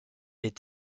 est